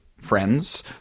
friends